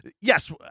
yes